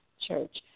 Church